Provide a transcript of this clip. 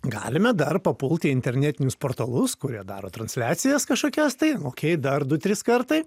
galime dar papult į internetinius portalus kurie daro transliacijas kažkokias tai okei dar du trys kartai